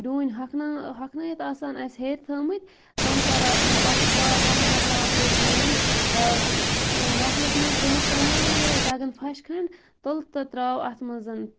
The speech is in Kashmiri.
ڈوٗنۍ ہوٚکھناوا ہوٚکھنٲیِتھ آسان اَسہِ ہیٚر تھٲیمٕتۍ تم کَرَا پَتہٕ چھَس والان تم پھٕٹراوٕ بہٕ ڈوٗنۍ وۄکھلَس مَنٛز دِمَکھ کَمٕے دَگَن پھَش کھَنٛڈ تُلہٕ تہٕ تراوٕ اتھ مَنٛز